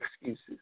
excuses